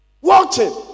Watching